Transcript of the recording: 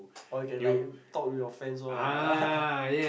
or you can like talk to your friends lor